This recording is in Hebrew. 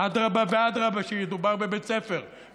אדרבה ואדרבה, שידובר בבית ספר.